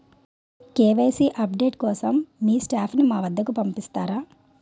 KYC update కోసం మీ staff ని మా వద్దకు పంపిస్తారా?